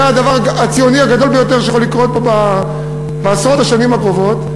זה הדבר הציוני הגדול ביותר שיכול לקרות פה בעשרות השנים הקרובות.